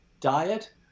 diet